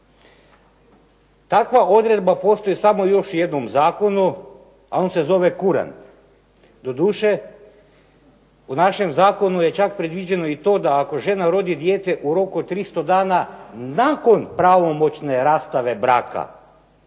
Takva odredba postoji samo u još jednom zakonu, a on se zove Kuran. Doduše u našem zakonu je čak predviđeno i to da ako žena rodi dijete u roku od 300 dana nakon pravomoćne rastave braka,